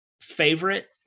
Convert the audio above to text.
favorite